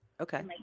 Okay